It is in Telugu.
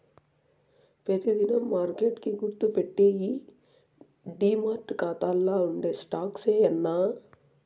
పెతి దినం మార్కెట్ కి గుర్తుపెట్టేయ్యి డీమార్ట్ కాతాల్ల ఉండే స్టాక్సే యాన్నా